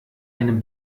einem